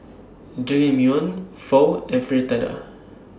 Jajangmyeon Pho and Fritada